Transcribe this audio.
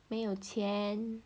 没有钱